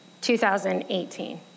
2018